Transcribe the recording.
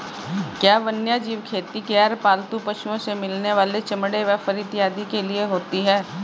क्या वन्यजीव खेती गैर पालतू पशुओं से मिलने वाले चमड़े व फर इत्यादि के लिए होती हैं?